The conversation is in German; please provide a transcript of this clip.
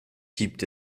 gibt